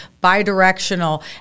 bi-directional